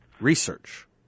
Research